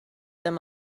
them